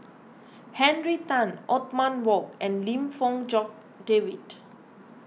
Henry Tan Othman Wok and Lim Fong Jock David